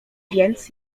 więc